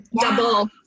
double